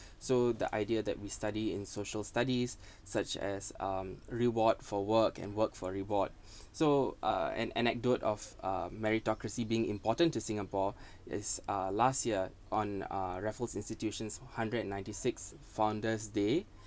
so the idea that we study in social studies such as um reward for work and work for reward so uh an anecdote of uh meritocracy being important to singapore is uh last year on a raffles institutions hundred and ninety-six founders' day